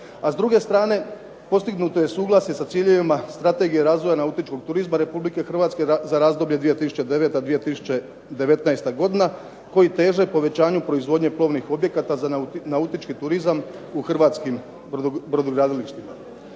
A s druge strane postignuto je suglasje sa ciljevima strategije razvoja nautičkog turizma RH za razdoblje 2009.-2019. godina koji teže povećanju proizvodnje plovnih objekata za nautički turizam u hrvatskim brodogradilištima.